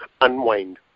unwind